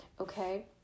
okay